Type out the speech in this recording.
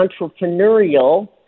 entrepreneurial